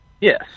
yes